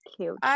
Cute